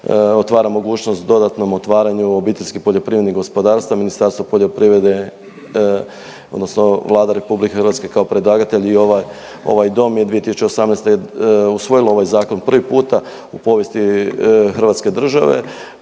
otvara mogućnost dodatnom otvaranju OPG-ova. Ministarstvo poljoprivrede odnosno Vlada RH kao predlagatelj i ova, ovaj dom je 2018. je usvojilo ovaj zakon prvi puta u povijesti Hrvatske države